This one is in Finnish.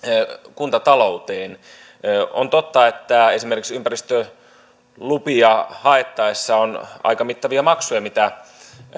kuntatalouteen on totta että esimerkiksi ympäristölupia haettaessa on aika mittavia maksuja mitä